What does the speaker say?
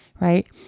right